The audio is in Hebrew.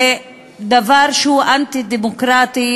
זה דבר שהוא אנטי-דמוקרטי